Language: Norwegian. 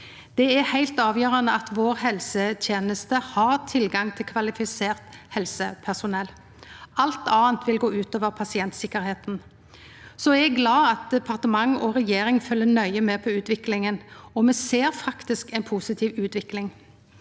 Det er heilt avgjerande at helsetenesta vår har tilgang til kvalifisert helsepersonell. Alt anna vil gå ut over pasientsikkerheita. Eg er glad for at departement og regjering følgjer nøye med på utviklinga, og me ser faktisk ei positiv utvikling.